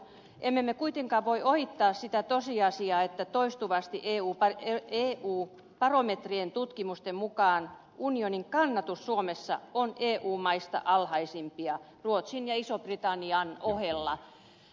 emme me kuitenkaan voi ohittaa sitä tosiasiaa että toistuvasti eu barometrien tutkimusten mukaan unionin kannatus suomessa on eu maista alhaisimpia ruotsin ja ison britannian ohella